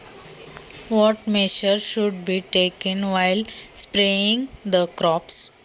पिकांवर फवारणी करताना कोणते उपाय करावे लागतात?